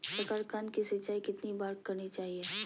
साकारकंद की सिंचाई कितनी बार करनी चाहिए?